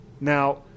Now